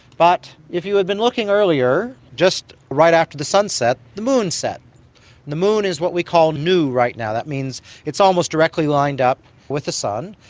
but if you had been looking earlier, just right after the sunset, the moon set, and the moon is what we call new right now, that means it's almost directly lined up with the sun.